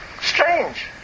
Strange